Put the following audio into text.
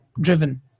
driven